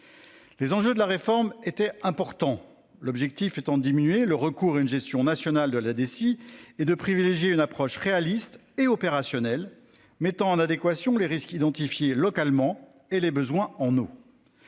Les enjeux de la réforme était important. L'objectif étant de diminuer le recours à une gestion nationale de la DSI et de privilégier une approche réaliste et opérationnel mettant en adéquation les risques identifiés localement et les besoins en eau.